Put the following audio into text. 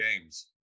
games